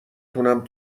تونم